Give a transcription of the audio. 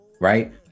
Right